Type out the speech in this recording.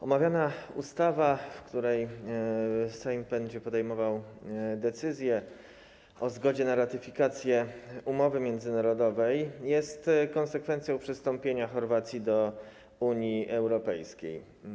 Omawiana ustawa, za pomocą której Sejm będzie podejmował decyzję o zgodzie na ratyfikację umowy międzynarodowej, jest konsekwencją przystąpienia Chorwacji do Unii Europejskiej.